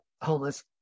homeless